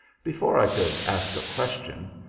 before i could ask a question,